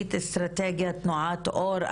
סמנכ"לית אסטרטגיה תנועת אור.